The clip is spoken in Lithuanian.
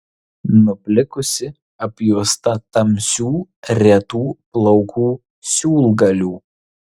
nuplikusi apjuosta tamsių retų plaukų siūlgalių